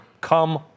come